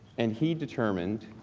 and he determined,